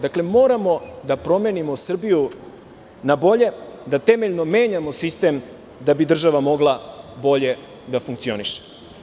Dakle, moramo da promenimo Srbiju na bolje, da temeljno menjamo sistem da bi država mogla bolje da funkcioniše.